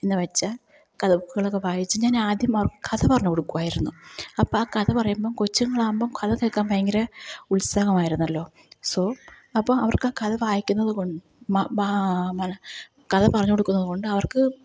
എന്നു വെച്ചാൽ കഥ ബുക്കുകളൊക്കെ വായിച്ചു ഞാന് ആദ്യം അവർക്ക് കഥ പറഞ്ഞു കൊടുക്കുമായിരുന്നു അപ്പോൾ ആ കഥ പറയുമ്പം കൊച്ചുങ്ങളാകുമ്പം കഥ കേൾക്കാന് ഭയങ്കര ഉത്സാഹമായിരുന്നല്ലോ സൊ അപ്പം അവര്ക്ക് ആ കഥ വായിക്കുന്നതു കൊണ്ട് മ് ബ ബാ കഥപറഞ്ഞു കൊടുക്കുന്നത് കൊണ്ട് അവര്ക്ക്